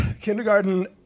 Kindergarten